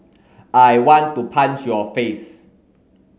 I want to punch your face